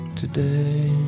today